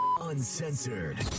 Uncensored